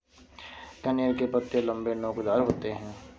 कनेर के पत्ते लम्बे, नोकदार होते हैं